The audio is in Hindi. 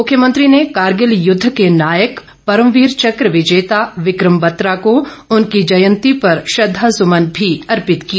मुख्यमंत्री ने कारगिल युद्ध के नायक परमवीर चक्र विजेता विक्रम बत्रा को भी उनकी जयंती पर श्रद्धासुमन भी अर्पित किए